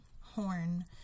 horn